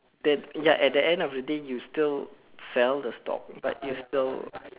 that ya at the end of the day you still sell the stock but you still